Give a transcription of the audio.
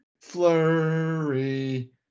Flurry